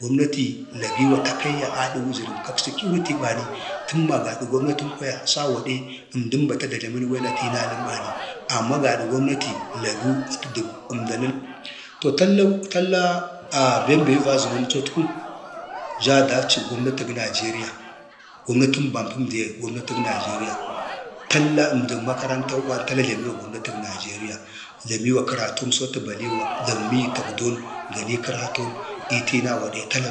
﻿gomnati lagiwa takaiyya adə wujərək səkiuriti bani təmma gadag gomnatəm kwaya sau gadə əmdən bata da jləmə əlwen a tinaləm bani, amma gada gomnati lagu atə dək əmdanən, to talla bem be yu va zənomcotku ja dakcən gomnatəg nijeriya, gomnatən bam pəm diye, gomnatəg nijeriya, talla ənjan makarantau bani talla jlamiwan gomnatən nijeriya jlamiwa kəratomso atə baliwa baligi tagdon gani kəraton ii tinau gadə tala